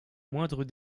moindres